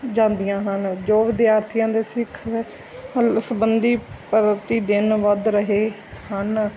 ਜਾਂਦੀਆਂ ਹਨ ਜੋ ਵਿਦਿਆਰਥੀਆਂ ਦੇ ਸਿੱਖਣ ਹੱਲ ਸੰਬੰਧੀ ਪ੍ਰਤੀ ਦਿਨ ਵੱਧ ਰਹੇ ਹਨ